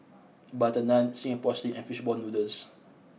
Butter Naan Singapore Sling and Fish Ball Noodles